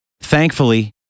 Thankfully